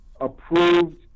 approved